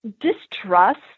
distrust